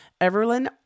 Everlyn